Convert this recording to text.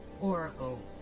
oracle